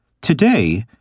today